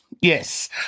Yes